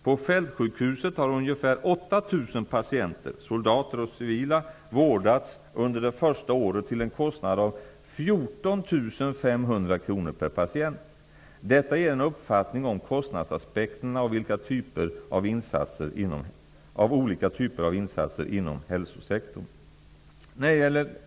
På fältsjukhuset har ungefär 8 000 patienter, soldater och civila, vårdats under det första året till en kostnad av 14 500 kr per patient! Detta ger en uppfattning om kostnadsaspekterna av olika typer av insatser inom hälsosektorn.